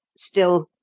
still,